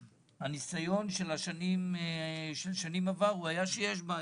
הניסיון של שנים עברו הראה שיש בעיות.